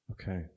Okay